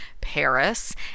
Paris